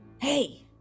Hey